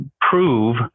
prove